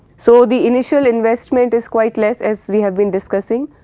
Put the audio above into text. so, the initial investment is quite less as we have been discussing,